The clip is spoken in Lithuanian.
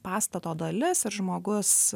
pastato dalis ir žmogus